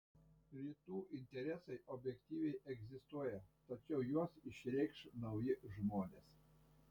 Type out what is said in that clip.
rytų interesai objektyviai egzistuoja tačiau juos išreikš nauji žmonės